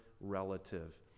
relative